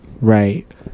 Right